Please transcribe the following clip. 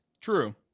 True